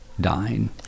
dying